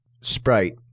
Sprite